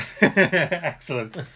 Excellent